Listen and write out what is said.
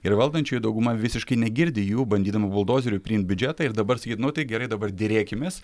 ir valdančiųjų dauguma visiškai negirdi jų bandydama buldozeriu priimt biudžetą ir dabar sakyt nu tai gerai dabar derėkimės